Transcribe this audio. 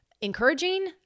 encouraging